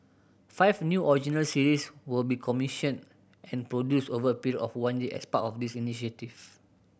five new original series will be commissioned and produced over a period of one year as part of this initiative